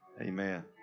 Amen